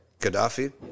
Gaddafi